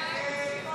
לא